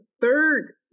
third